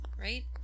right